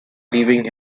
leaving